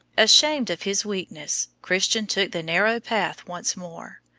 ashamed of his weakness, christian took the narrow path once more.